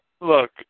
Look